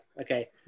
Okay